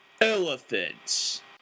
Elephants